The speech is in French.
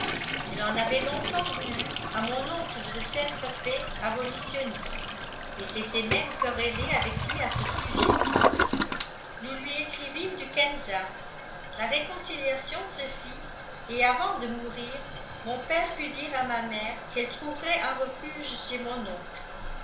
il en avait longtemps voulu à mon oncle de s'être fait abolitionniste et s'était même querellé avec lui à ce sujet nous lui écrivîmes du kansas la réconciliation se fit et avant de mourir mon père put dire à ma mère qu'elle trouverait un refuge chez mon oncle